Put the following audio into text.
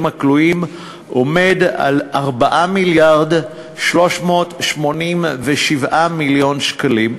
הכלואים עומד על 4 מיליארד ו-387 מיליון שקלים,